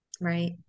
Right